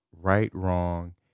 right-wrong